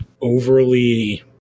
overly